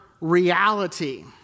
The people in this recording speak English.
reality